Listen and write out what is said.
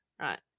Right